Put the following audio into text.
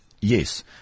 Yes